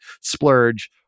splurge